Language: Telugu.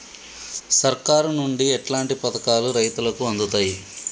సర్కారు నుండి ఎట్లాంటి పథకాలు రైతులకి అందుతయ్?